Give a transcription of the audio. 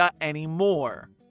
anymore